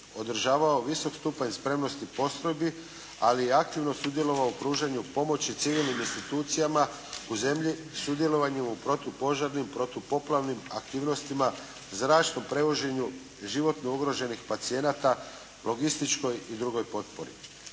održavao visok stupanj spremnosti postrojbi, ali i aktivno sudjelovao u pružanju pomoći civilnim institucijama u zemlji, sudjelovanje u protupožarnim, protupoplavnim aktivnostima, zračnom prevoženju životno ugroženih pacijenata, logističkoj i drugoj potpori.